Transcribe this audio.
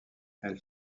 elle